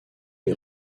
les